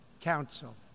Council